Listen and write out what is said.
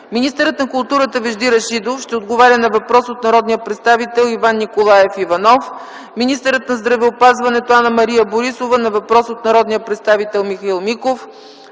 министърът на културата Вежди Рашидов на въпрос от народния представител Иван Николаев Иванов; - министърът на здравеопазването Анна-Мария Борисова на въпрос от народния представител Михаил Миков.